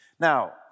Now